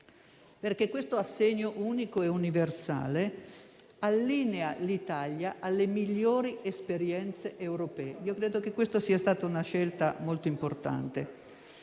perché l'assegno unico e universale allinea l'Italia alle migliori esperienze europee. Credo che questa sia stata una scelta molto importante.